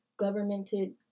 governmented